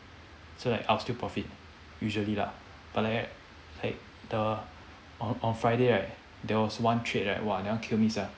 so like I'll still profit usually lah but like like the on on friday right there was one trade right !wah! that one kill me sia